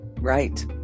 Right